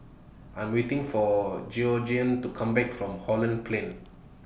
I Am waiting For Georgeann to Come Back from Holland Plain